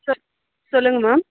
சேரி சொல்லுங்கள் மேம்